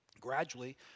Gradually